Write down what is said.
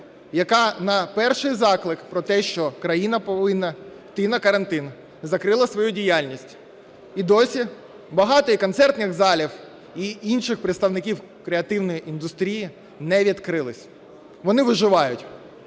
яка на перший заклик про те, що країна повинна йти на карантин, закрила свою діяльність. І досі багато і концертних залів, і інших представників креативної індустрії не відкрились, вони виживають.